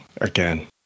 again